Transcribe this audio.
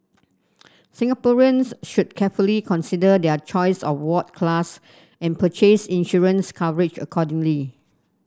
Singaporeans should carefully consider their choice of ward class and purchase insurance coverage accordingly